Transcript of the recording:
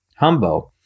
Humbo